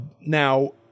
Now